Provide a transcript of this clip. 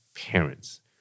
parents